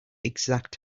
exact